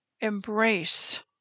embrace